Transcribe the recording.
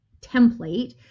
template